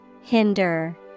Hinder